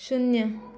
शून्य